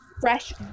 fresh